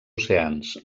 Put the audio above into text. oceans